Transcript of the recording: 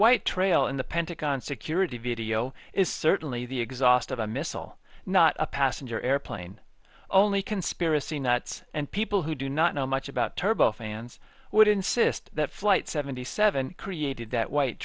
white trail in the pentagon security video is certainly the exhaust of a missile not a passenger airplane only conspiracy nuts and people who do not know much about turbo fans would insist that flight seventy seven created that white